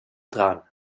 dran